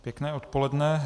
Pěkné odpoledne.